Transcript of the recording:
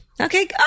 Okay